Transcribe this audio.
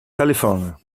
california